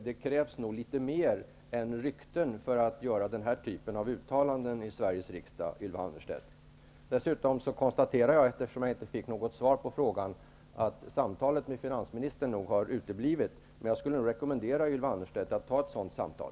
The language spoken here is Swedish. Det krävs nog litet mer än rykten för att göra den här typen av uttalanden i Sveriges riksdag, Ylva Dessutom konstaterar jag, eftersom jag inte fick något svar på frågan, att samtalet med finansministern nog har uteblivit. Jag rekommenderar Ylva Annerstedt att ta ett sådant samtal.